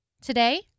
Today